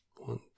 one